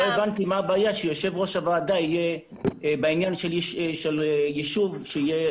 לא הבנתי מה הבעיה שיושב ראש הוועדה יהיה בעניין של יישוב שיהיה